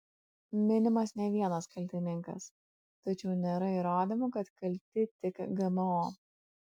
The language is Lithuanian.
minimas ne vienas kaltininkas tačiau nėra įrodymų kad kalti tik gmo